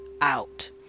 out